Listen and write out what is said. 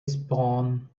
spawn